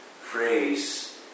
Phrase